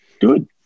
good